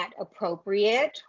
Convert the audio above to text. appropriate